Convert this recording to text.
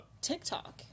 TikTok